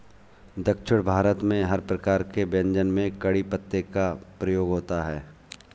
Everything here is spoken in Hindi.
दक्षिण भारत में हर प्रकार के व्यंजन में कढ़ी पत्ते का प्रयोग होता है